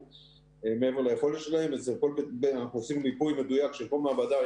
אנחנו עושים מיפוי מדויק של כל מעבדה.